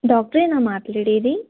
డాక్టరేనా మాట్లాడేది